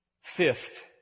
Fifth